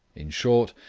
in short,